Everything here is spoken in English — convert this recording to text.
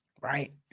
right